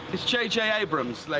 it's j j. abrams. like